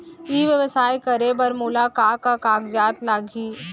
ई व्यवसाय करे बर मोला का का कागजात लागही?